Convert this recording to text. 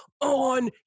on